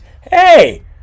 Hey